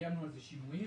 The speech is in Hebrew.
קיימנו על זה שינויים.